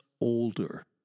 older